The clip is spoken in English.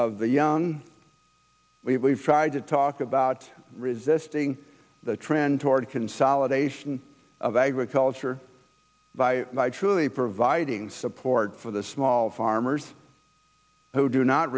of the young we believe tried to talk about resisting the trend toward consolidation of agriculture by actually providing support for the small farmers who do not